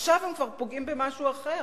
עכשיו הם כבר פוגעים במשהו אחר,